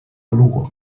lugo